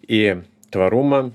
į tvarumą